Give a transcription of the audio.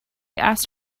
asked